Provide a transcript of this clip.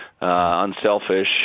unselfish